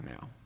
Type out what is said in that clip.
now